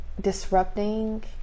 disrupting